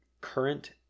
current